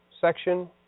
section